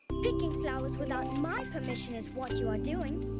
picking flowers without my permission is what you are doing.